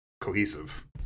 cohesive